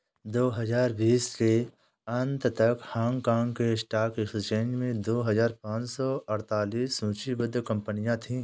दो हजार बीस के अंत तक हांगकांग के स्टॉक एक्सचेंज में दो हजार पाँच सौ अड़तीस सूचीबद्ध कंपनियां थीं